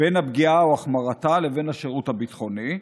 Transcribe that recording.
בין הפגיעה או החמרתה לבין השירות הביטחוני,